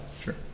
Sure